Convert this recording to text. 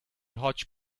hotch